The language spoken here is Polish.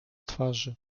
twarzy